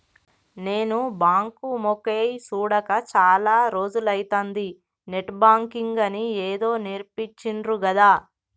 నేను బాంకు మొకేయ్ సూడక చాల రోజులైతంది, నెట్ బాంకింగ్ అని ఏదో నేర్పించిండ్రు గదా